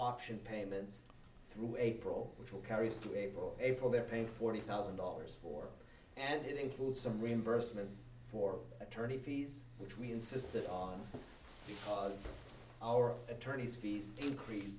option payments through april which will carry us to april april they're paying forty thousand dollars for and it includes some reimbursement for attorney fees which we insisted on was our attorney's fees increase